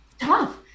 tough